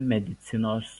medicinos